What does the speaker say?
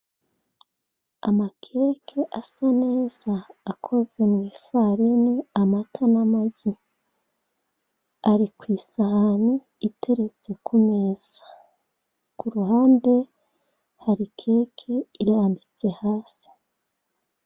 Amakeke asa neza akozwe mu ifarini, amata n'amagi ari ku isahani iteretse ku meza. Ku ruhande hari keke irambitse hasi.